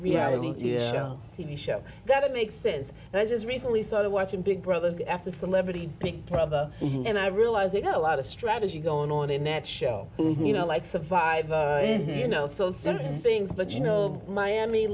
reality t v show that it makes sense and i just recently started watching big brother after celebrity big brother and i realized you know a lot of strategy going on in that show you know like survivor you know so so many things but you know miami